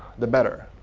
the better.